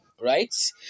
right